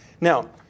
Now